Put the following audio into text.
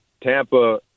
Tampa